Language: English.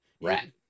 Right